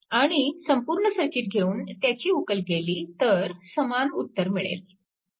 आणि संपूर्ण सर्किट घेऊन त्याची उकल केली तर समान उत्तर मिळेल